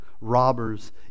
robbers